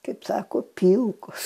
kaip sako pilkos